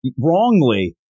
wrongly